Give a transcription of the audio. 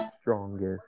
strongest